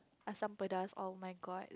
assam-pedas oh-my-god